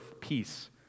peace